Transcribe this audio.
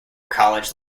college